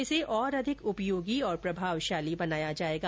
इसे और अधिक उपयोगी तथा प्रभावशाली किया जाएगा